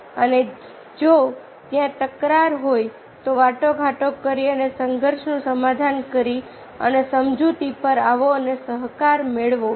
અને જો ત્યાં તકરાર હોય તો વાટાઘાટો કરો અને સંઘર્ષનું સમાધાન કરો અને સમજૂતી પર આવો અને સહકાર મેળવો